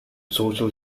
social